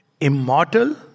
Immortal